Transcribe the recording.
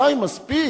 די, מספיק.